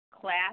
class